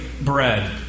bread